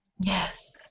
Yes